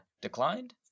declined